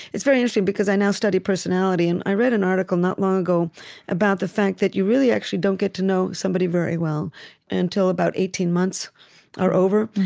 it's very interesting, because i now study personality, and i read an article not long ago about the fact that you really actually don't get to know somebody very well until about eighteen months are over.